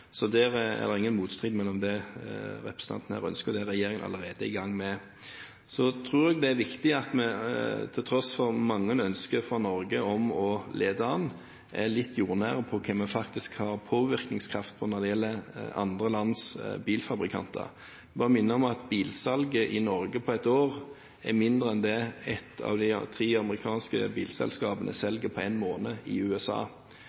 Så det er ingen motstrid mellom det representanten her ønsker, og det regjeringen allerede er i gang med. Jeg tror det er viktig at vi til tross for mange ønsker om at Norge skal lede an, er litt jordnære på hva vi faktisk har påvirkningskraft på når det gjelder andre lands bilfabrikanter. Jeg vil bare minne om at bilsalget i Norge på et år er mindre enn det ett av de tre amerikanske bilselskapene selger på én måned i USA.